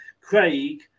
Craig